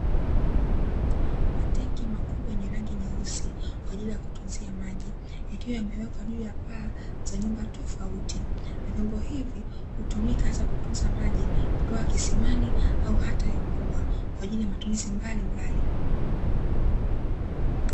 Matenki makubwa yenye rangi nyeusi kwa ajili ya kutunzia maji, yakiwa yamewekwa juu ya paa za nyumba tofauti. Na vyombo hivi hutumika hasa kutunza maji kutoka kisimani au hata ya mvua, kwa ajili ya matumizi mbalimbali.